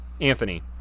Anthony